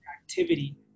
activity